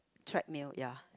treadmill ya